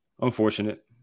unfortunate